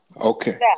Okay